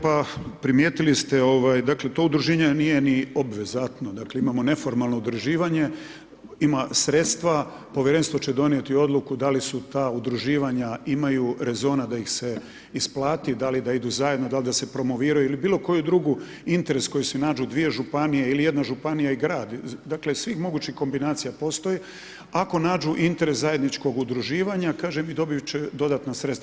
Pa primijetili ste, dakle to udruženje nije ni obvezatno dakle imamo neformalno udruživanje, ima sredstva, povjerenstvo ć donijeti odluku da li su ta udruživanja, imaju rezona da ih se isplati, da li da idu zajedno, da li da se promoviraju ili bilokoju drugu ili bilokoji drugi interes koji su nađu dvije županije ili jedna županija i grad, dakle svih mogućih kombinacija postoji ako nađu interes zajedničkog udruživanja, kažem i dobit će dodatna sredstva.